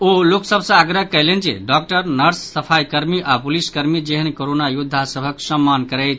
ओ लोक सभ सँ आग्रह कयलनि जे डॉक्टर नर्स सफाईकर्मी आओर पुलिसकर्मी जेहन कोरोना योद्धा सभक सम्मान करैथ